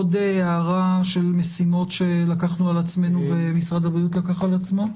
עוד הערה של משימות שלקחנו על עצמנו ומשרד הבריאות לקח על עצמו?